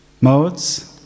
modes